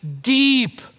deep